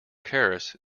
keras